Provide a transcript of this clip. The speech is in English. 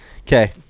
Okay